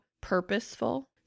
purposeful